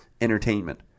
entertainment